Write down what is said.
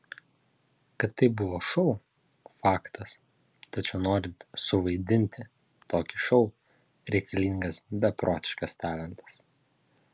kad tai buvo šou faktas tačiau norint suvaidinti tokį šou reikalingas beprotiškas talentas